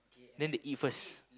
then they eat first